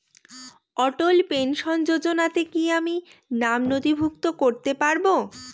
অটল pension যোজনাতে কি আমি নাম নথিভুক্ত করতে পারবো?